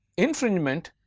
infringement